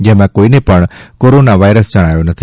જેમાં કોઇને પણ કોરોના વાઇરસ જણાયો નથી